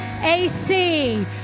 AC